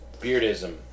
Beardism